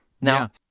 Now